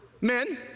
men